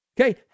Okay